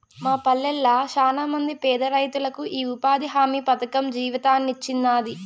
మా పల్లెళ్ళ శానమంది పేదరైతులకు ఈ ఉపాధి హామీ పథకం జీవితాన్నిచ్చినాది